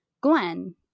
Gwen